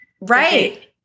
Right